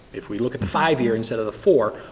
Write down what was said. if we look at the five year instead of the four,